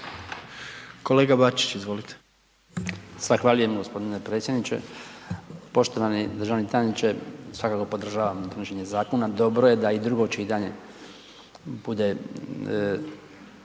Kolega Bačić, izvolite.